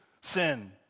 sin